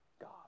God